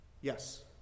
Yes